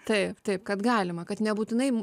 taip taip kad galima kad nebūtinai